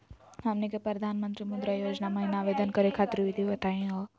हमनी के प्रधानमंत्री मुद्रा योजना महिना आवेदन करे खातीर विधि बताही हो?